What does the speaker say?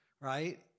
right